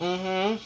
mmhmm